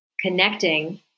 connecting